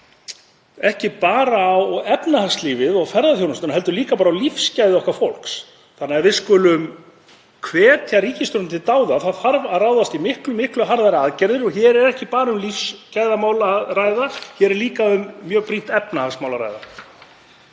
ekki bara á efnahagslífið og ferðaþjónustuna heldur líka á lífsgæði okkar fólks. Við skulum hvetja ríkisstjórnina til dáða. Það þarf að ráðast í miklu harðari aðgerðir og hér er ekki bara um lífsgæðamál að ræða, hér er líka um mjög brýnt efnahagsmál að ræða.